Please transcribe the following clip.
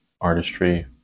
artistry